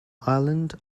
island